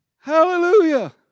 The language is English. hallelujah